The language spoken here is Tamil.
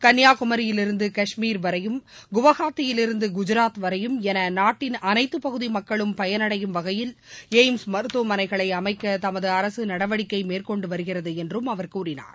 கன்னிபாகுமரியிலிருந்து கஷ்மீர் வரையும் குவஹாத்தியிலிருந்து குஜாத் வரையும் என நாட்டின் அனைத்து பகுதி மக்களும் பயனடையும் வகையில் எய்ம்ஸ் மருத்துவமனைகளை அமைக்க தமது அரசு நடவடிக்கை மேற்கொண்டு வருகிறது என்றும் அவர் கூறினார்